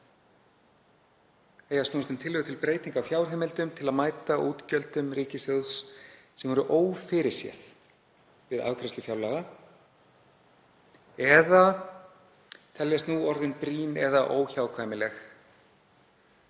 að snúast um tillögur til breytinga á fjárheimildum til að mæta útgjöldum ríkissjóðs sem voru ófyrirséð við afgreiðslu fjárlaga eða teljast nú orðin brýn eða óhjákvæmileg